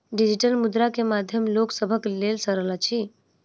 digital मुद्रा के माध्यम लोक सभक लेल सरल अछि